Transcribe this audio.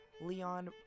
Leon